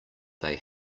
they